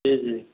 जी जी